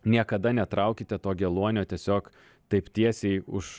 niekada netraukite to geluonio tiesiog taip tiesiai už